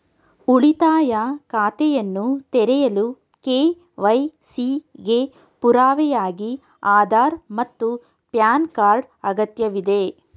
ಉಳಿತಾಯ ಖಾತೆಯನ್ನು ತೆರೆಯಲು ಕೆ.ವೈ.ಸಿ ಗೆ ಪುರಾವೆಯಾಗಿ ಆಧಾರ್ ಮತ್ತು ಪ್ಯಾನ್ ಕಾರ್ಡ್ ಅಗತ್ಯವಿದೆ